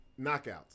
Knockouts